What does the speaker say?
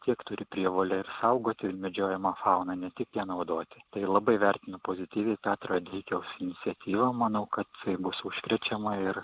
kiek turi prievolę ir saugoti medžiojamą fauną ne tik ją naudoti tai labai vertinu pozityviai tą tradicijos iniciatyvą manau kad tai bus užkrečiama ir